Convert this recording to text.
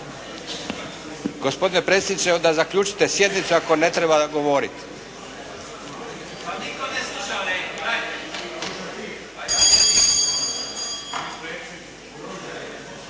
Gospodine predsjedniče onda zaključite sjednicu ako ne treba govoriti.